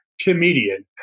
comedian